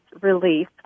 Relief